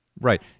Right